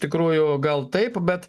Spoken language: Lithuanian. iš tikrųjų gal taip bet